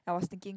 I was thinking